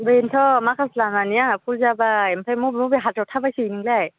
बेनथ' माखासे लांनानै आंहा भुल जाबाय ओमफ्राय मबे मबे हाथायाव थाबायसोयो नोंलाय